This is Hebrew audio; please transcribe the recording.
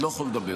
אני לא יכול לדבר.